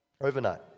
Overnight